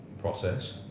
process